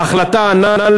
ההחלטה הנ"ל,